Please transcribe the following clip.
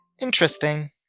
Interesting